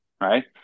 right